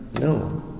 No